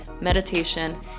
meditation